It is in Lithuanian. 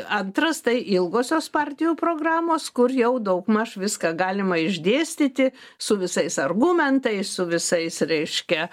antras tai ilgosios partijų programos kur jau daugmaž viską galima išdėstyti su visais argumentais su visais reiškia